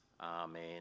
Amen